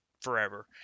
forever